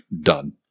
done